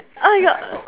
oh my god